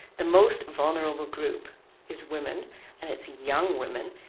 the most vulnerable group is women and it's young women,